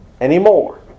anymore